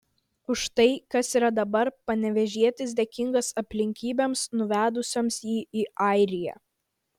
už tai kas yra dabar panevėžietis dėkingas aplinkybėms nuvedusioms jį į airiją